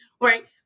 right